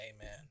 Amen